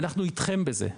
ואנחנו איתכם בזה,